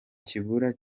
kibura